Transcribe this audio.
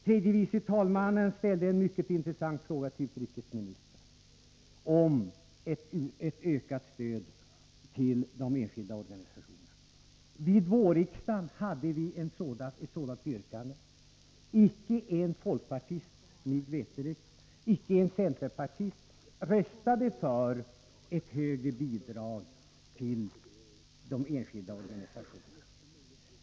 Tredje vice talmannen ställde en mycket intressant fråga till utrikesministern om ett ökat stöd till de enskilda organisationerna. Vid vårriksdagen ställde vi ett sådant yrkande. Mig veterligt röstade icke en folkpartist, icke en centerpartist för ett högre bidrag till de enskilda organisationerna.